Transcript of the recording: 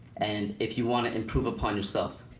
and if you want to improve upon yourself,